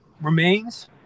remains